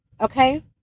okay